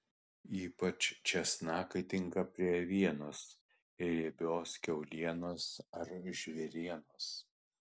ypač česnakai tinka prie avienos riebios kiaulienos ar žvėrienos